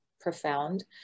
profound